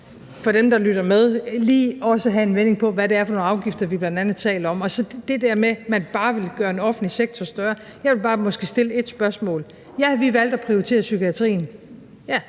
for dem, der lytter med, lige også have en vending på, hvad det er for nogle afgifter, vi bl.a. taler om? Og så til det der med, at man bare vil gøre den offentlige sektor større: Ja, vi valgte at prioritere psykiatrien. Ja,